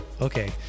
Okay